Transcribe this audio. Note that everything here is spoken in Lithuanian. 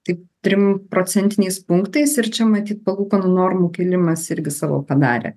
taip trim procentiniais punktais ir čia matyt palūkanų normų kėlimas irgi savo padarė